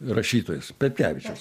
rašytojas petkevičius